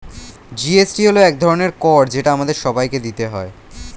GST হল এক ধরনের কর যেটা আমাদের সবাইকে দিতে হয়